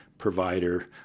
provider